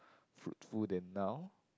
fruitful than now